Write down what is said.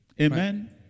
Amen